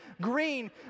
green